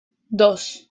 dos